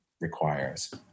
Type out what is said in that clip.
requires